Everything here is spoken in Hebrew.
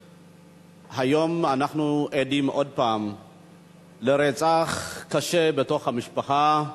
היום אנחנו עדים עוד פעם לרצח קשה בתוך המשפחה,